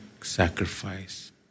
sacrifice